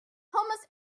hummus